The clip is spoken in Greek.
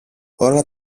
όλα